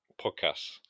Podcasts